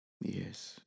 Yes